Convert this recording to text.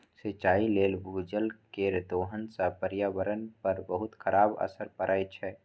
सिंचाइ लेल भूजल केर दोहन सं पर्यावरण पर बहुत खराब असर पड़ै छै